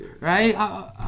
Right